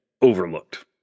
Overlooked